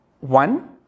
one